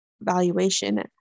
valuation